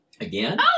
Again